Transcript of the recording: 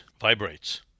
vibrates